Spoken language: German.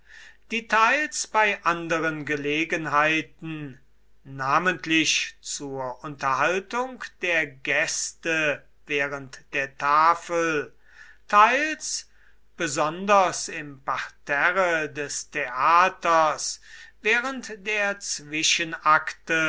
teils bei anderen gelegenheiten namentlich zur unterhaltung der gäste während der tafel teils besonders im parterre des theaters während der